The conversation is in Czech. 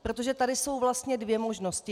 Protože tady jsou vlastně dvě možnosti.